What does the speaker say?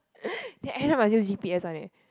then end up must use g_p_s one eh